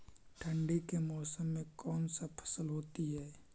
ठंडी के मौसम में कौन सा फसल होती है?